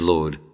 Lord